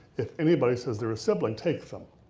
if anybody says they're a sibling, take them.